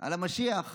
עם המשיח,